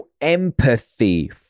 empathy